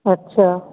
अछा